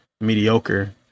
mediocre